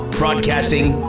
broadcasting